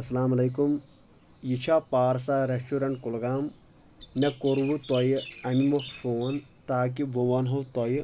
اسلام علیکُم یہِ چھا پارسا ریسٹورنٹ کُلگام مےٚ کوٚروُ تۄہہِ امہِ مۄکھ فون تاکہِ بہٕ ونہو تۄہہِ